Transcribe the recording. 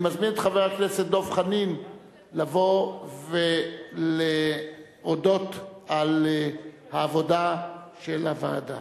אני מזמין את חבר הכנסת דב חנין לבוא ולהודות על העבודה של הוועדה.